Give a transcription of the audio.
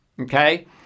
Okay